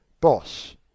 Boss